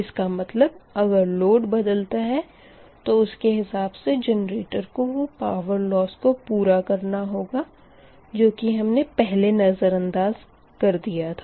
इसका मतलब अगर लोड बदलता है तो उसके हिसाब से जेनरेटर को वो पावर लोस को पूरा करना होगा जो की हमने पहले नज़रानदाज कर दिया था